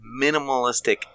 minimalistic